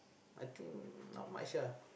I think not much ah